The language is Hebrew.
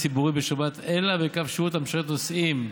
ציבורי בשבת אלא לקו שירות המשרת נוסעים,